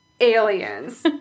aliens